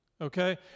okay